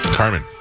Carmen